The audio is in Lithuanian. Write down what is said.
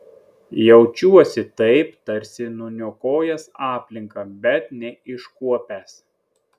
jaučiuosi taip tarsi nuniokojęs aplinką bet neiškuopęs